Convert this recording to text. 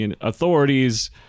authorities